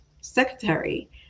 secretary